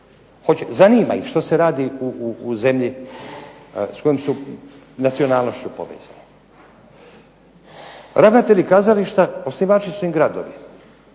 zanima ih što se radi u zemlji s kojom su nacionalnošću povezani. Ravnatelji kazališta osnivači su im gradovi,